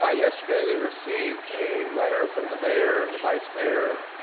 ah yesterday we received a letter from the mayor and the vice mayor